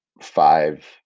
five